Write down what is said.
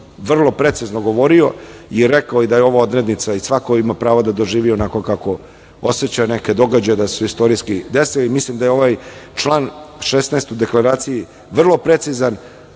vrlo precizno govorio i rekao da je ovo odrednica i svako ima pravo da doživi onako kako oseća neke događaje da su se istorijski desili. Mislim da je ovaj član 16. u deklaraciji vrlo precizan,